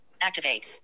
activate